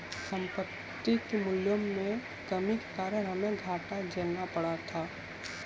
संपत्ति के मूल्यों में कमी के कारण हमे घाटा झेलना पड़ा था